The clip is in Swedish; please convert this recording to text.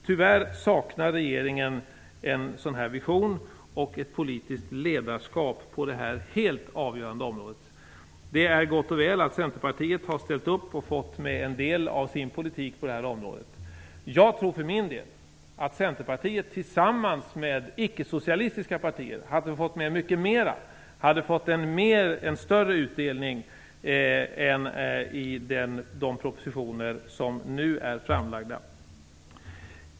Tyvärr saknar regeringen en sådan vision och ett politiskt ledarskap på det här helt avgörande området. Det är gott och väl att Centerpartiet har ställt upp och fått med en del av sin politik på det här området. Jag tror för min del att Centerpartiet tillsammans med ickesocialistiska partier hade fått med mycket mera, hade fått en större utdelning än vad man fått i de propositioner som nu är framlagda.